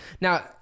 Now